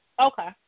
Okay